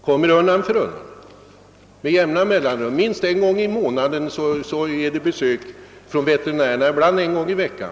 Veterinären kommer med vissa mellanrum — minst en gång i månaden och ibland en gång i veckan.